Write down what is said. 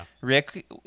Rick